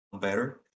better